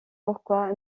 pourquoi